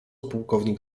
pułkownik